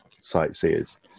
sightseers